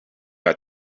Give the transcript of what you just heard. got